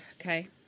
okay